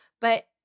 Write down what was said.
But-